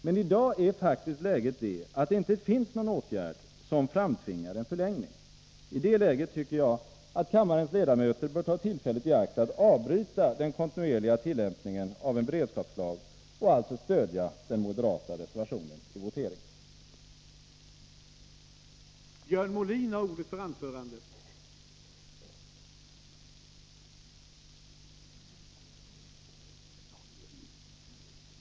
Men i dag är faktiskt läget det att det inte finns någon åtgärd som framtvingar en förlängning. I det läget tycker jag att kammarens ledamöter bör ta tillfället i akt att avbryta den kontinuerliga tillämpningen av en beredskapslag och alltså stödja den moderata reservationen i voteringen.